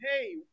Hey